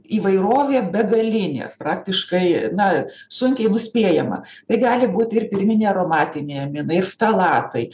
įvairovė begalinė praktiškai na sunkiai nuspėjama tai gali būti ir pirminiai aromatiniai aminai ir ftalatai